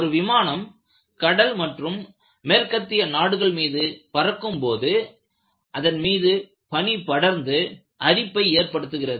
ஒரு விமானம் கடல் மற்றும் மேற்கத்திய நாடுகள் மீது பறக்கும் போது அதன் மீது பனி படர்ந்து அரிப்பை ஏற்படுத்துகிறது